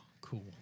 cool